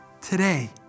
today